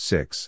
Six